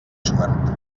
suert